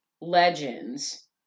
legends